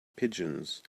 pigeons